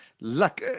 luck